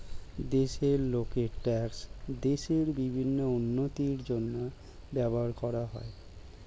দেশের লোকের ট্যাক্স দেশের বিভিন্ন উন্নতির জন্য ব্যবহার করা হয়